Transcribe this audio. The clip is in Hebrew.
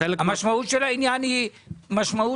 המשמעות היא נוראה,